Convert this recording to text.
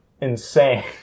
insane